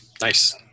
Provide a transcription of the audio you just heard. Nice